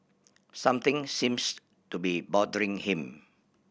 something seems to be bothering him